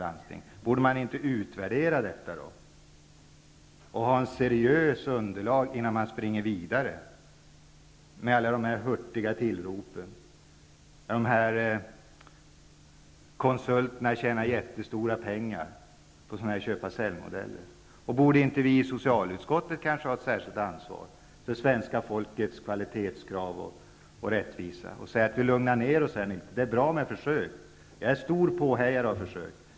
Regeringen bör få fram ett seriöst underlag innan man springer vidare med alla hurtiga tillrop och där konsulterna tjänar stora pengar på olika köpa--sälj-modeller. Vi borde i socialutskottet ha ett särskilt ansvar att ta till vara svenska folkets krav på kvalitet och rättvisa. Men det är dags att lugna ner sig. Det är bra med försök, och jag är en stor påhejare av försök.